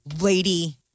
lady